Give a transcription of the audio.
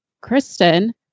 Kristen